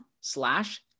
slash